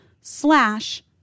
slash